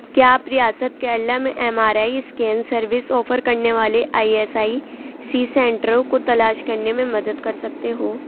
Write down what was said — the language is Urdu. کیا آپ ریاست کیرلہ میں M R I scan service offer کرنے والے آئی ایس آئی سی سینٹروں کو تلاش کرنے میں مدد کر سکتے ہو